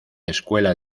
escuela